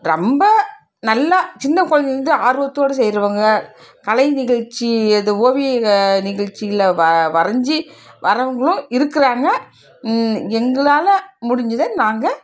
ரொம்ப நல்லா சின்ன கொழந்தைல இருந்து ஆர்வத்தோடு செய்கிறவங்க கலை நிகழ்ச்சி இது ஓவிய நிகழ்ச்சிகளில் வரைஞ்சி வர்றவங்களும் இருக்கிறாங்க எங்களால் முடிஞ்சதை நாங்கள்